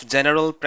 General